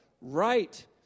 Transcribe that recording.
Right